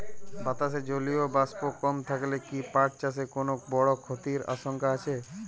বাতাসে জলীয় বাষ্প কম থাকলে কি পাট চাষে কোনো বড় ক্ষতির আশঙ্কা আছে?